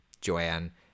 Joanne